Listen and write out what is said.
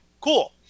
cool